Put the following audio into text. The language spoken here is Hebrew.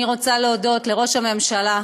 אני רוצה להודות לראש הממשלה,